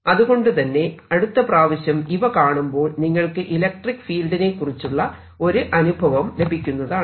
അതുകൊണ്ടുതന്നെ അടുത്ത പ്രാവശ്യം ഇവ കാണുമ്പോൾ നിങ്ങൾക്ക് ഇലക്ട്രിക്ക് ഫീൽഡിനെ കുറിച്ചുള്ള ഒരു അനുഭവം ലഭിക്കുന്നതാണ്